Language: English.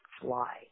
fly